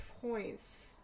points